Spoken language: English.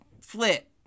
flip